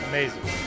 Amazing